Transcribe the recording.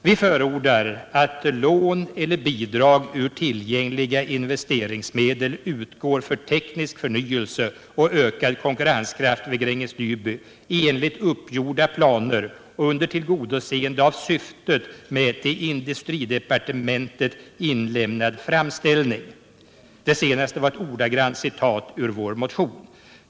Vi förordar att lån eller bidrag ur tillgängliga investeringsmedel utgår för teknisk förnyelse och ökad konkurrenskraft vid Gränges Nyby enligt uppgjorda planer och under tillgodoseende av syftet med till industridepartementet inlämnad framställning. Det senaste var ett ordagrant citat ur vår motion.